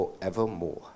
forevermore